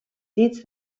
dits